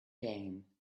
game